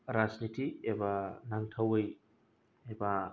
राजनिथि एबा नांथावै एबा